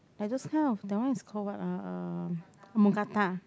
like those kind of that one is called what ah uh Mookata